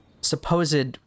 supposed